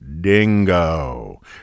dingo